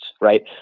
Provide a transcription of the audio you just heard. right